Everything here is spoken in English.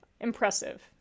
impressive